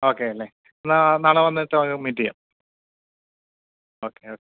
okay അല്ലേ എന്നാൽ നാളെ വന്നിട്ട് മീറ്റ് ചെയ്യാം ഓക്കെ ഓക്കെ